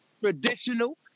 traditional